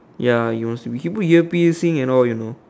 ya he wants to be he put ear piercing and all you know